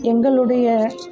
எங்களுடைய